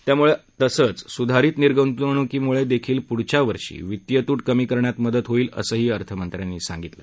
यामुळे तसेच सुधारित निर्गुतवणुकीमुळे देखील पुढच्या वर्षी वित्तीय तुट कमी करण्यात मदत होईल असेही अर्थमंत्र्यांनी सांगितलं